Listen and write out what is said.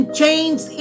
change